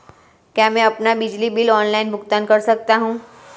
क्या मैं अपना बिजली बिल ऑनलाइन भुगतान कर सकता हूँ?